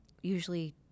usually